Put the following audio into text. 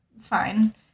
fine